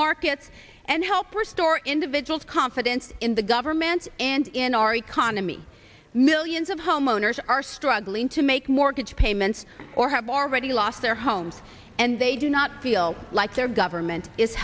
markets and help restore individual's confidence in the government and in our economy millions of homeowners are struggling to make mortgage payments or have already lost their homes and they do not feel like their government is